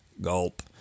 Gulp